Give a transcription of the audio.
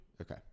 Okay